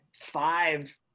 five